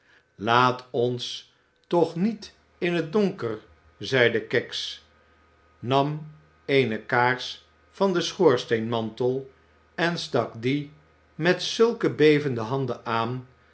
laat ons toch niet in t donker zeide kags nam eene kaars van den schoorsteenmantel en stak die met zulke bevende handen aan